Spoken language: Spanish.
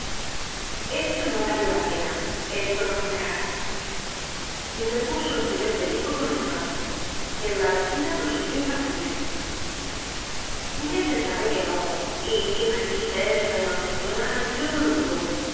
eso no valió la pena eso no fué nada repuso el señor perico con enfado pero la vecina prosiguió impasible ya se sabe que no y que mariquita es una inocentona yo no lo dudo